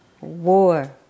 War